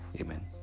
Amen